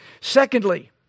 Secondly